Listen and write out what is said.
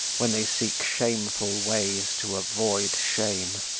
when they seek shameful ways to avoid shame.